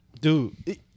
dude